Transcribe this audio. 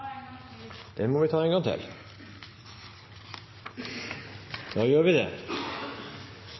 Det må vi hvis vi